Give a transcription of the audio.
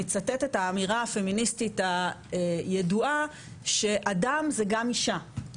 אני אצטט את האמירה הפמיניסטית הידועה שאדם זה גם אישה,